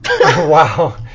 Wow